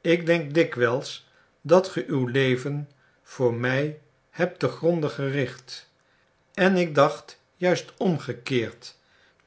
ik denk dikwijls dat ge uw leven voor mij hebt te gronde gericht en ik dacht juist omgekeerd